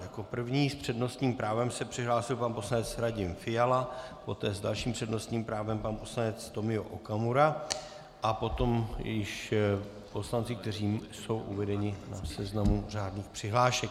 Jako první s přednostním právem se přihlásil pan poslanec Radim Fiala, poté s dalším přednostním právem pan poslanec Tomio Okamura a potom již poslanci, kteří jsou uvedeni na seznamu řádných přihlášek.